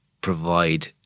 provide